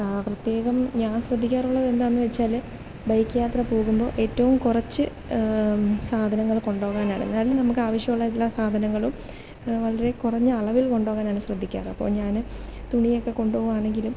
പ്രത്യേകം ഞാൻ ശ്രദ്ധിക്കാറുള്ളത് എന്തെന്നു വെച്ചാൽ ബൈക്ക് യാത്രപോകുമ്പോൾ ഏറ്റവും കുറച്ചു സാധനങ്ങൾ കൊണ്ടു പോകാനാണ് എന്നാലും നമുക്ക് ആവശ്യമുള്ള എല്ലാ സാധനങ്ങളും വളരെ കുറഞ്ഞ അളവിൽ കൊണ്ടുപോകാനാണ് ശ്രദ്ധിക്കാറ് അപ്പം ഞാൻ തുണിയൊക്കെ കൊണ്ടുപോകുകയാണെങ്കിലും